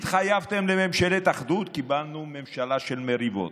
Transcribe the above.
התחייבתם לממשלת אחדות, קיבלנו ממשלה של מריבות.